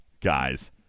guys